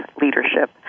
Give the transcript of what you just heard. leadership